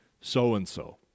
So-and-so